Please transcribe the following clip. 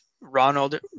Ronald